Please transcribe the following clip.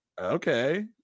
okay